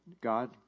God